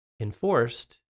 enforced